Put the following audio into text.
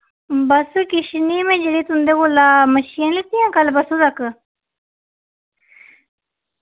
बस किश नी मैं जेह्ड़े तुं'दे कोला मच्छियां लीतियां कल परसूं तक